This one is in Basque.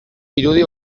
irudi